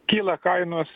kyla kainos